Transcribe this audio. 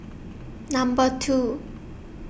Number two